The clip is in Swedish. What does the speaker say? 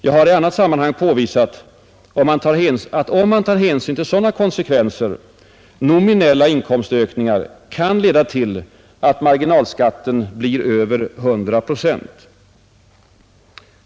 Jag har i annat sammanhang påvisat att — om man tar hänsyn till sådana konsekvenser — nominella inkomstökningar kan leda till att marginalskatten blir över 100 procent.